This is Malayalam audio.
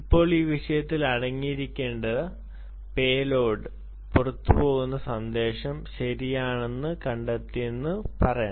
ഇപ്പോൾ ഈ വിഷയത്തിൽ അടങ്ങിയിരിക്കേണ്ട പേ ലോഡ് പുറത്തുപോകുന്ന സന്ദേശം ശരിയായി കണ്ടെത്തിയെന്ന് പറയണം